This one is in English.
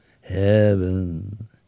heaven